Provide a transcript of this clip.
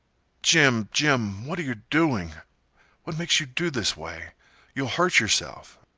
jim jim what are you doing what makes you do this way you'll hurt yerself.